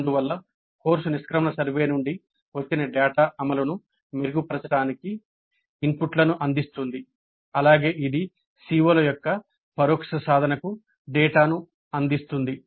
అందువల్ల కోర్సు నిష్క్రమణ సర్వే నుండి వచ్చిన డేటా అమలును మెరుగుపరచడానికి ఇన్పుట్లను అందిస్తుంది అలాగే ఇది CO ల యొక్క పరోక్ష సాధనకు డేటాను అందిస్తుంది